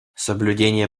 соблюдение